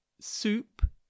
soup